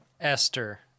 Esther